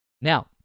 Now